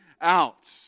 out